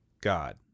God